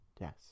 Yes